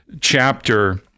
chapter